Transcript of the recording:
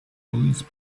police